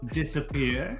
disappear